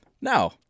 Now